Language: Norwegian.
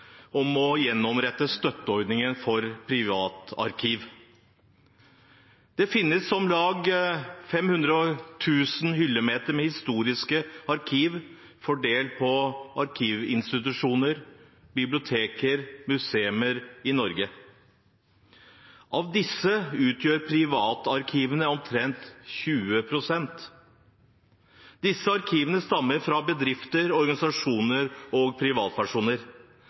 om å gjenopprette støtteordningen for privatarkiv. Det finnes om lag 500 000 hyllemeter med historiske arkiver fordelt på arkivinstitusjoner, bibliotek og museer i Norge. Av disse utgjør privatarkivene omtrent 20 pst. Disse arkivene stammer fra bedrifter, organisasjoner og privatpersoner.